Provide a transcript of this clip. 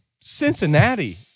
Cincinnati